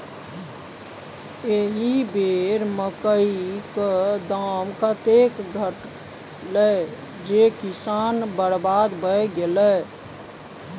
एहि बेर मकई क दाम एतेक घटलै जे किसान बरबाद भए गेलै